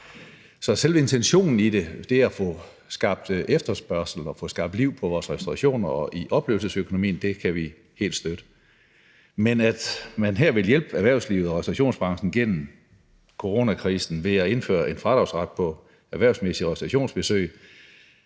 Så selve intentionen i det, altså det at få skabt efterspørgsel og få skabt liv på vores restaurationer og i oplevelsesøkonomien, kan vi helt støtte, men at man her vil hjælpe erhvervslivet og restaurationsbranchen gennem coronakrisen ved at indføre en fradragsret på erhvervsmæssige restaurationsbesøg